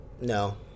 No